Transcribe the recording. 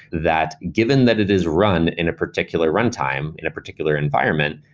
that given that it is run in a particular runtime, in a particular environment,